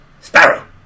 Sparrow